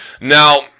Now